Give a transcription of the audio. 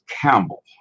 Campbell